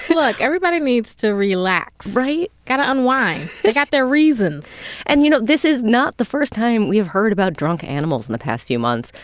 look. everybody needs to relax right got to unwind. they've got their reasons and, you know, this is not the first time we've heard about drunk animals in the past few months.